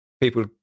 people